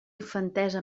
infantesa